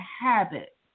habit